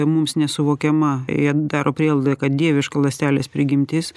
mums nesuvokiama jie daro prielaidą kad dieviška ląstelės prigimtis